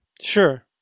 Sure